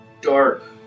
dark